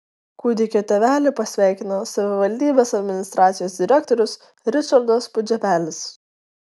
kūdikio tėvelį pasveikino savivaldybės administracijos direktorius ričardas pudževelis